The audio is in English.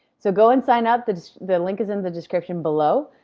so go and sign up, the the link is in the description below.